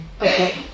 Okay